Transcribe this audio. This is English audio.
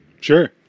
sure